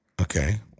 Okay